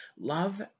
love